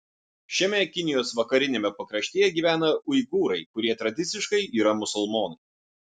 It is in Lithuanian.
šiame kinijos vakariniame pakraštyje gyvena uigūrai kurie tradiciškai yra musulmonai